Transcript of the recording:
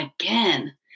again